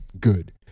good